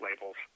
labels